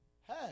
Hey